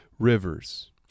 Rivers